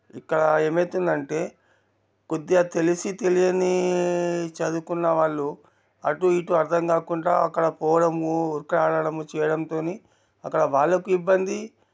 ఇక్కడ ఏమవుతుందంటే కొద్దిగా తెలిసి తెలియని చదువుకున్న వాళ్ళు అటు ఇటు అర్థం కాకుండా అక్కడ పోవడము ఇక్కడ అడగడము చేయడం తోనీ అక్కడ వాళ్ళకు ఇబ్బంది